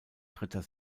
dritter